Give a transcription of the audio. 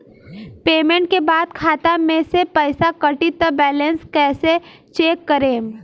Payment के बाद खाता मे से पैसा कटी त बैलेंस कैसे चेक करेम?